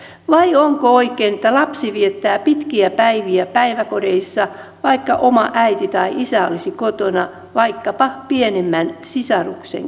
vai onko oikein että lapsi viettää pitkiä päiviä päiväkodeissa vaikka oma äiti tai isä olisi kotona vaikkapa pienemmän sisaruksen kanssa